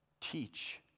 teach